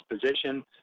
position